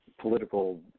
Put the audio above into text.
political